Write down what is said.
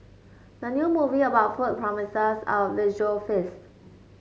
the new movie about food promises a visual feast